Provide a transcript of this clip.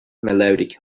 melodic